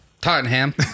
Tottenham